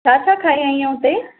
छा छा खणी आईं आहीं हुते